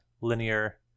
linear